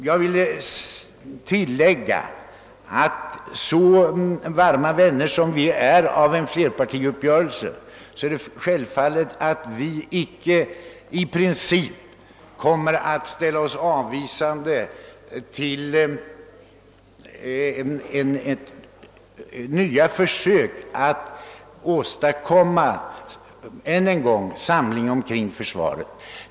Jag vill tillägga att vi som de varma vänner vi är av en flerpartiuppgörelse självfallet icke i princip ställer oss avvisande till nya försök att än en gång åstadkomma samling omkring försvaret.